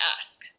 ask